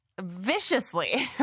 viciously